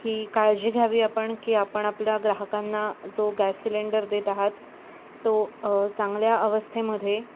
ही काळजी घ्यावी आपण की आपण आपल्या ग्राहकांना जो गॅस सिलेंडर देत आहात तो चांगल्या अवस्थेमध्ये